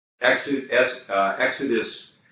Exodus